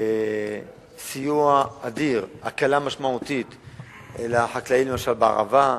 סיוע אדיר, הקלה משמעותית לחקלאים, למשל בערבה,